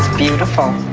beautiful.